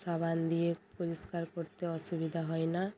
সাবান দিয়ে পরিষ্কার করতে অসুবিধা হয় না